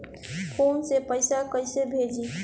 Phone से पैसा कैसे भेजी?